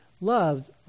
loves